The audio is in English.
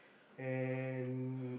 and